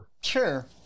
Sure